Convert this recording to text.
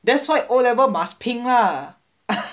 that's why o level must 拼 ah